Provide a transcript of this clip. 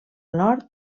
nord